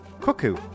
Cuckoo